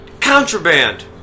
contraband